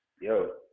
Yo